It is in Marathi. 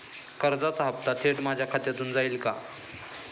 कर्जाचा हप्ता थेट माझ्या खात्यामधून जाईल का?